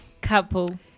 couple